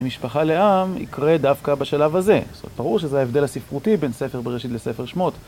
משפחה לעם, יקרה דווקא בשלב הזה. זאת אומרת, ברור שזה ההבדל הספרותי בין ספר בראשית לספר שמות.